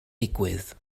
digwydd